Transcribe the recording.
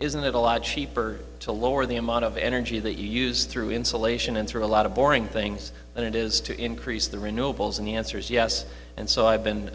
isn't it a lot cheaper to lower the amount of energy that you use through insulation and through a lot of boring things than it is to increase the renewables and the answer is yes and so i've been